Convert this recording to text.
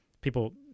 people